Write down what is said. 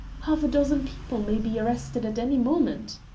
half a dozen people may be arrested at any moment.